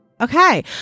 Okay